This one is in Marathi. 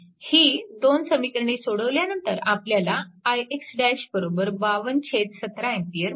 ही दोन समीकरणे सोडवल्यानंतर आपल्याला ix 5217 A मिळते